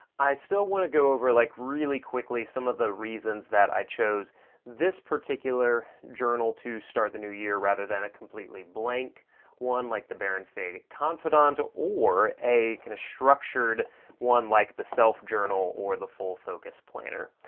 i still want to go over like really quickly some of the reasons that i chose this particular journal to start the new year rather than a completely blank one like the baron fig confidant, or or a kind of structured one like the self journal, or the full focus planner.